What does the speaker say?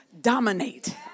dominate